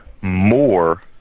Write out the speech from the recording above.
more